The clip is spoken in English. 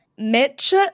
Mitch